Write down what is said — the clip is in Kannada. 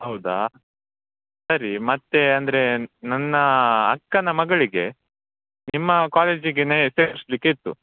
ಹೌದಾ ಸರಿ ಮತ್ತು ಅಂದರೆ ನನ್ನ ಅಕ್ಕನ ಮಗಳಿಗೆ ನಿಮ್ಮ ಕಾಲೇಜಿಗೆನೆ ಸೇರಿಸ್ಲಿಕ್ಕೆ ಇತ್ತು